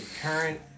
current